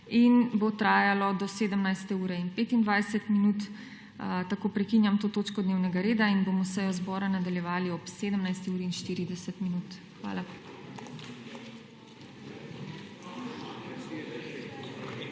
in bo trajalo do 17. ure in 25 minut. Tako prekinjam to točko dnevnega reda in bomo sejo zbora nadaljevali ob 17. uri in 40 minut. Hvala.